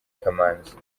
kamanzi